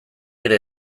ere